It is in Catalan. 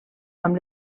amb